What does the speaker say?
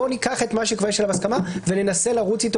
בואו ניקח את מה שיש עליו כבר הסכמה וננסה לרוץ איתו